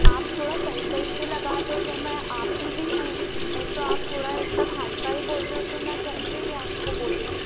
आप थोड़ा सही सही से लगा दो तो मैं आती भी हूँ नहीं तो आप थोड़ा एकदम हाई फाई बोल रहे हो तो मैं कैसे ही आपको बोलूँ